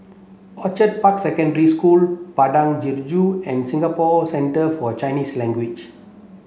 Orchid Park Secondary School Padang Jeringau and Singapore Centre For Chinese Language